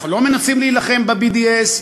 אנחנו לא מנסים להילחם ב-BDS,